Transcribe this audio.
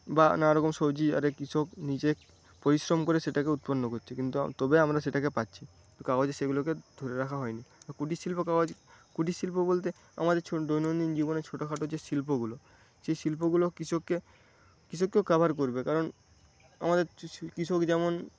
বা নানারকম সবজি আরে কৃষক নিজে পরিশ্রম করে সেটাকে উৎপন্ন করছে কিন্তু তবে আমরা সেটাকে পাচ্ছি কাগজে সেগুলোকে ধরে রাখা হয়নি কুটিরশিল্প কাগজে কুটিরশিল্প বলতে আমাদের ছো দৈনন্দিন জীবনে ছোটখাটো যে শিল্পগুলো সেই শিল্পগুলো কৃষককে কৃষককেও কভার করবে কারণ আমাদের কৃষক যেমন